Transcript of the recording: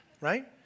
right